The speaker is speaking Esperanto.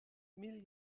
mil